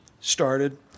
started